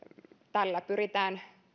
tällä pyritään